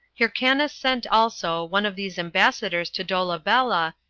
hyrcanus sent also one of these ambassadors to dolabella,